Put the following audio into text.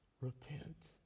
Repent